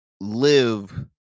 live